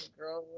girl